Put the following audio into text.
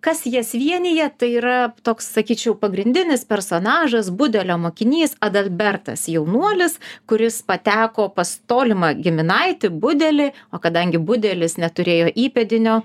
kas jas vienija tai yra toks sakyčiau pagrindinis personažas budelio mokinys adalbertas jaunuolis kuris pateko pas tolimą giminaitį budelį o kadangi budelis neturėjo įpėdinio